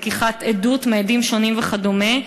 לקחת עדות מעדים שונים וכדומה?